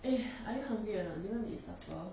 eh are you hungry or not you want to eat supper